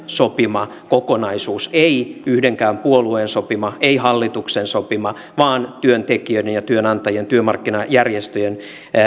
sopima kokonaisuus ei yhdenkään puolueen sopima ei hallituksen sopima vaan työntekijöiden ja työnantajien työmarkkinajärjestöjen